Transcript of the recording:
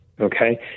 Okay